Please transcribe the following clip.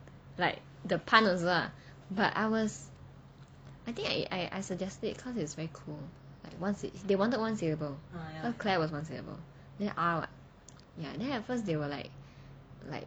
like the pun also lah but I was I think I I suggested it cause it's very cool like once they wanted one syllable cause claire was once syllable then [what] then at first they were like like